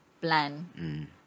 plan